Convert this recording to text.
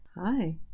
Hi